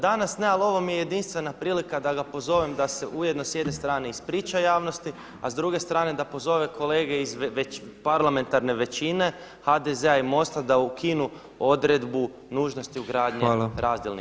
Danas ne, ali ovo mi je jedinstvena prilika da ga pozovem da se ujedno s jedne strane ispriča javnosti, a s druge strane da pozove kolege iz parlamentarne većine HDZ-a i MOST-a da ukinu odredbu nužnosti ugradnje razdjelnika.